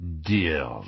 Dear